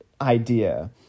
idea